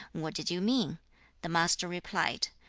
what did you mean the master replied,